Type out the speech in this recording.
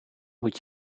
moet